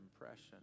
impression